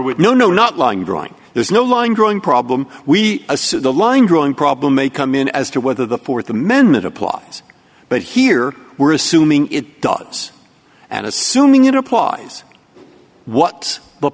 with no no not lying drawing there's no line growing problem we assume the line drawing problem may come in as to whether the th amendment applies but here we're assuming it does and assuming it applies what's the